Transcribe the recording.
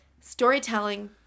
storytelling